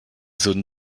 zones